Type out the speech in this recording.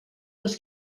dos